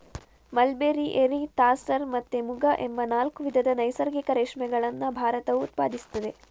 mulberry, Eri, Tasar ಮತ್ತೆ ಮುಗ ಎಂಬ ನಾಲ್ಕು ವಿಧದ ನೈಸರ್ಗಿಕ ರೇಷ್ಮೆಗಳನ್ನ ಭಾರತವು ಉತ್ಪಾದಿಸ್ತದೆ